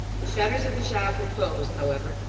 the shutters of the shop were closed, however,